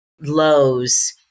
lows